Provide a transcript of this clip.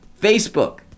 Facebook